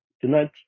Tonight